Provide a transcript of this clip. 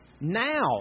Now